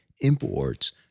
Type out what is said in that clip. imports